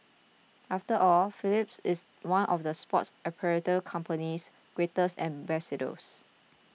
after all Phelps is one of the sports apparel company's greatest ambassadors